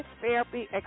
therapy